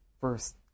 first